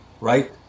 right